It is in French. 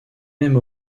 même